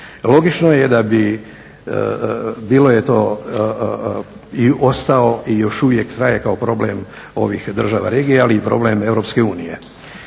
Logično je da bi, bilo je to i ostao i još uvijek traje kao problem ovih država regija, ali i problem Europske unije.